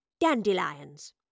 dandelions